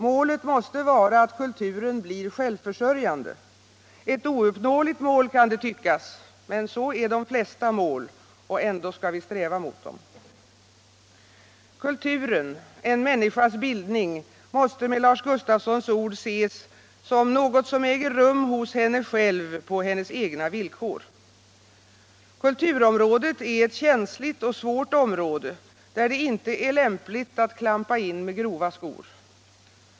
Målet måste vara att kulturen blir självförsörjande — ett ouppnåeligt mål kan det tyckas, men så är de flesta mål, och ändå skall vi sträva mot dem. Kulturpolitiken Kulturpolitiken Kulturen, en människas bildning, måste med Lars Gustafssons ord ses ”som något som äger rum hos henne själv, på hennes egna villkor”. Kulturområdet är ett känsligt och svårt område, där det inte är lämpligt att klampa in med grova skor.